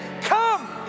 Come